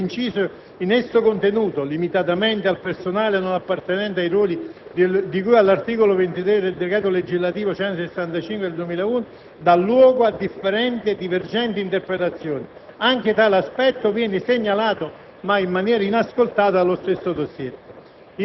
Il comma 159 del decreto‑legge in esame non appare chiaro, considerato che l'inciso in esso contenuto «limitatamente al personale non appartenente a ruoli di cui all'articolo 23 del decreto legislativo n. 165 del 2001», dà luogo a differenti e divergenti interpretazioni.